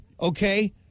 Okay